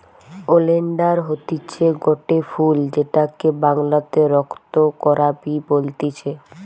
oleander হতিছে গটে ফুল যেটাকে বাংলাতে রক্ত করাবি বলতিছে